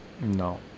No